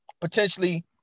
potentially